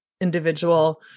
individual